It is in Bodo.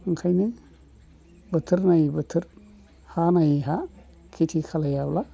ओंखायनो बोथोर नायै बोथोर हा नायै हा खेथि खालायाब्ला